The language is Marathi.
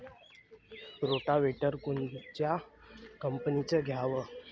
रोटावेटर कोनच्या कंपनीचं घ्यावं?